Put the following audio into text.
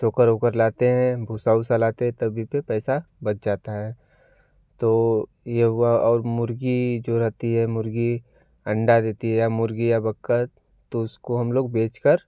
चोकर ओकर लाते हैं भूसा ऊसा लाते हैं तभी पे पैसा बच जाता है तो ये हुआ और मुर्गी जो रहती है मुर्गी अंडा देती है या मुर्गी या बत्तख तो उसको हम लोग बेचकर